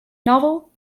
novel